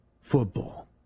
football